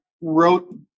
wrote